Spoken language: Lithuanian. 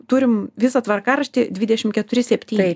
turime visą tvarkaraštįdvidešim keturi septyni